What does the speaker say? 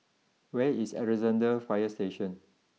where is Alexandra fire Station